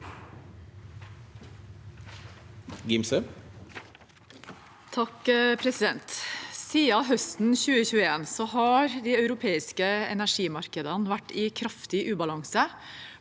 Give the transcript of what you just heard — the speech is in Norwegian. (H) Siden høsten 2021 har de europeiske energimarkedene vært i kraftig ubalanse,